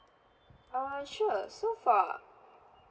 err sure so for